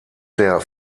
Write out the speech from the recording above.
der